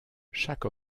chaque